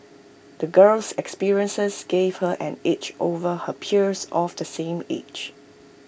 the girl's experiences gave her an edge over her peers of the same age